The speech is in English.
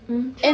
hmm true